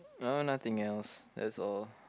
no nothing else that's all